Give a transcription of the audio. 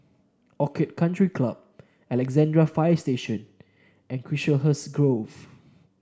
Orchid Country Club Alexandra Fire Station and Chiselhurst Grove